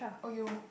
or you